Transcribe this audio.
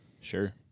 sure